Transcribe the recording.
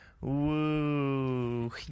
Woo